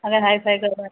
अगर hi fi करवाती